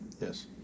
Yes